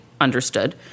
Understood